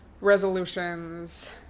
resolutions